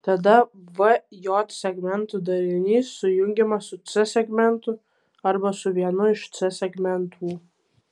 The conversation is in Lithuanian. tada v j segmentų darinys sujungiamas su c segmentu arba su vienu iš c segmentų